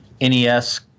NES